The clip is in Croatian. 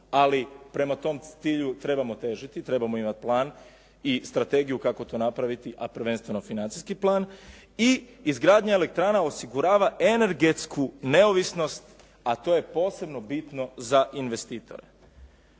ali prema tom cilju trebamo težiti, trebamo imati plan i strategiju kako to napraviti, a prvenstveno financijski plan i izgradnja elektrana osigurava energetsku neovisnost, a to je posebno bitno za investitore.